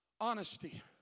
honesty